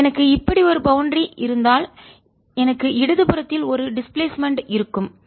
எனக்கு இப்படி ஒரு பவுண்டரி எல்லை இருந்தால்எனக்கு இடது புறத்தில் ஒரு டிஸ்பிளேஸ்மென்ட் இடப்பெயர்ச்சி இருக்கும்